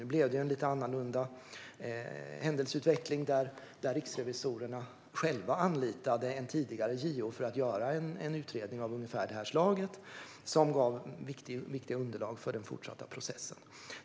Nu blev det en lite annorlunda händelseutveckling, där riksrevisorerna själva anlitade en tidigare JO för att göra en utredning av ungefär det här slaget. Den gav viktiga underlag för den fortsatta processen.